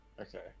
Okay